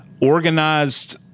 organized